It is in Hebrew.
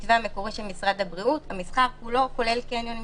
במתווה המקורי של משרד הבריאות המסחר כולו כולל קניונים,